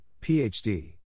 Ph.D